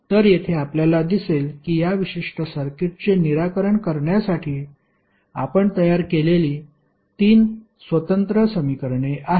तर येथे आपल्याला दिसेल की या विशिष्ट सर्किटचे निराकरण करण्यासाठी आपण तयार केलेली 3 स्वतंत्र समीकरणे आहेत